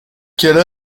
quelle